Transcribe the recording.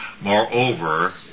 Moreover